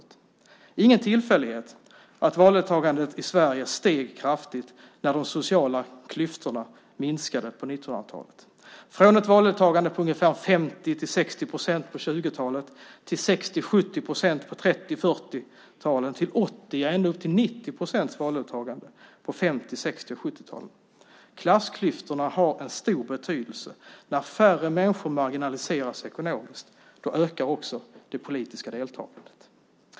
Det är ingen tillfällighet att valdeltagandet i Sverige steg kraftigt när de sociala klyftorna minskade på 1900-talet - från ett valdeltagande på ungefär 50-60 procent på 20-talet till 60-70 procent på 30 och 40-talen och till 80 och ända upp till 90 procents valdeltagande på 50-, 60 och 70-talen. Klassklyftorna har en stor betydelse. När färre människor marginaliseras ekonomiskt ökar det politiska deltagandet.